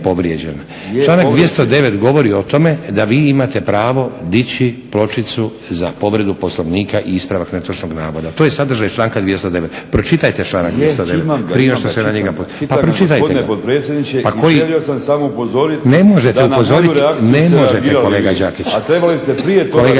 članak 209. govori o tome da vi imate pravo dići pločicu za povredu Poslovnika i ispravak netočnog navoda. To je sadržaj članka 209. Pročitajte članak 209. prije nego što se na njega pozovete. … /Upadica se ne razumije./… Pa pročitajte ga. **Đakić,